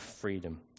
freedom